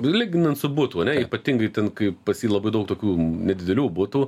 lyginant su butų ane ypatingai ten kai pas jį labai daug tokių nedidelių butų